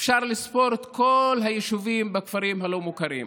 אפשר לספור את כל היישובים בכפרים הלא-מוכרים.